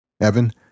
Evan